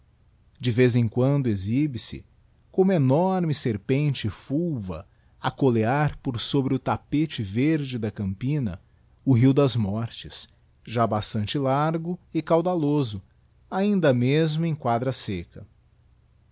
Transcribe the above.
de vez em quando exhibe se como enorme serpente fulva acouear por sobre o tapete verde da campina o rio das mortes já bastante largo e caudaloso ainda mesmo em quadra secca